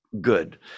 good